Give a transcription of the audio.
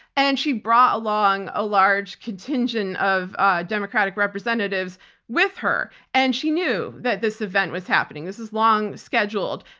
and she brought along a large contingent of democratic representatives with her and she knew that this event was happening. this is long scheduled.